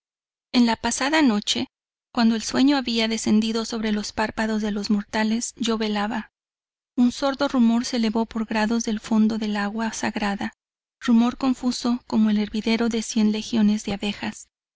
en la pasada noche cuando el sueño habías descendido sobre los párpados de los mortales yo velaba un sordo rumor se elevo por grados del fondo del agua sagrada rumor confuso como el hervidero de cien legiones de abejas